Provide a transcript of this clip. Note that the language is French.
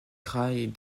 kraï